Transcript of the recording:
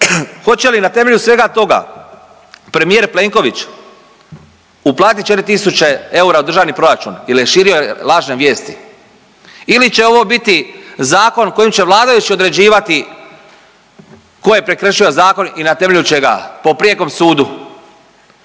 Hoće li na temelju svega toga premijer Plenković uplatiti 4.000 eura u Državni proračun jer je širio lažne vijesti ili će ovo biti zakon kojim će vladajući određivati tko je prekršio zakon i na temelju čega po prijekom sudu?